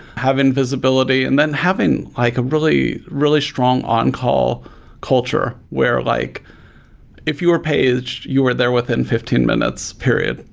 have invisibility, and then having a really really strong on call culture, where like if you are paged, you are there within fifteen minutes, period,